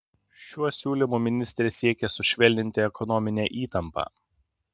šiuo siūlymu ministrė siekia sušvelninti ekonominę įtampą